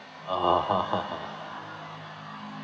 ah ha ha ha